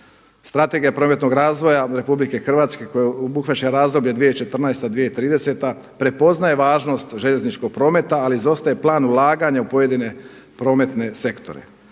Strategija prometnog razvoja RH koja obuhvaća razdoblje 2014.-2030. prepoznaje važnost željezničkog prometa ali izostaje plan ulaganja u pojedine prometne sektore.